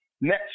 next